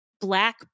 black